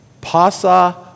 pasa